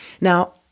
Now